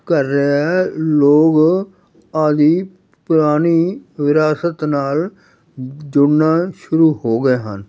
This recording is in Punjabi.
ਕਰ ਰਿਹਾ ਹੈ ਲੋਕ ਆਪਣੀ ਪੁਰਾਣੀ ਵਿਰਾਸਤ ਨਾਲ ਜੁੜਨਾ ਸ਼ੁਰੂ ਹੋ ਗਏ ਹਨ